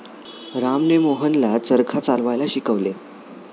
रामने मोहनला चरखा चालवायला शिकवले